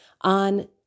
On